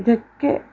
ഇതൊക്കെ